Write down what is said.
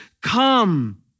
come